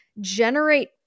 generate